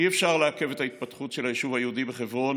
אי-אפשר לעכב את ההתפתחות של היישוב היהודי בחברון